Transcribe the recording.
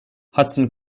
hudson